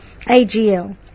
AGL